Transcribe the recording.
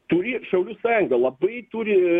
turi šaulių sąjunga labai turi